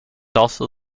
also